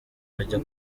ajya